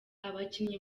abakinnyi